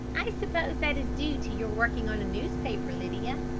i suppose that is due to your working on a newspaper, lydia.